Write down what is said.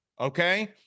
okay